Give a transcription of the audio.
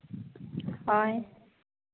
ᱦᱳᱭ